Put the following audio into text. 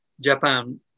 Japan